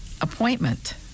appointment